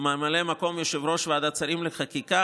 ממלא מקום יושב-ראש ועדת השרים לחקיקה,